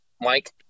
Mike